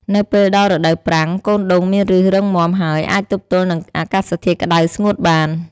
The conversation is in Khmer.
នៅពេលដល់រដូវប្រាំង កូនដូងមានឫសរឹងមាំហើយអាចទប់ទល់នឹងអាកាសធាតុក្ដៅស្ងួតបាន។